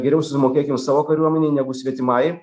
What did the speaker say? geriau susimokėkim savo kariuomenei negu svetimai